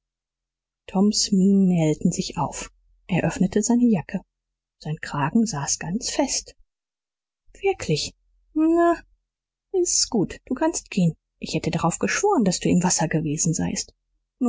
toms mienen hellten sich auf er öffnete seine jacke sein kragen saß ganz fest wirklich na s ist gut du kannst gehen ich hätte darauf geschworen daß du im wasser gewesen seiest